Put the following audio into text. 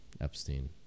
Epstein